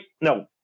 No